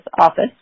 office